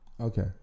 Okay